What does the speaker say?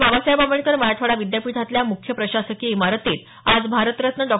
बाबासाहेब आंबेडकर मराठवाडा विद्यापीठातल्या मुख्य प्रशासकीय इमारतीत आज भारतरत्न डॉ